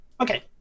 Okay